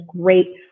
great